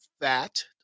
fat